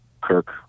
Kirk